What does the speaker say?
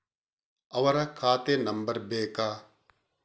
ಅವರ ಖಾತೆ ನಂಬರ್ ಬೇಕಾ?